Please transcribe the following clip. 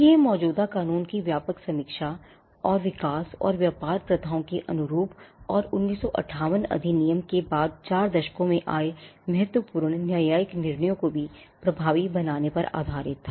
यह मौजूदा कानून की व्यापक समीक्षा और विकास और व्यापार प्रथाओं के अनुरूप था और 1958 अधिनियम के बाद 4 दशकों में आए महत्वपूर्ण न्यायिक निर्णयों को भी प्रभावी बनाने पर आधारित था